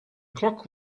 clock